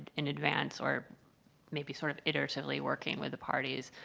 in advance or maybe sort of iteratively working with the parties,